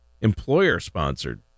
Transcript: employer-sponsored